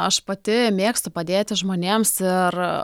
aš pati mėgstu padėti žmonėms ir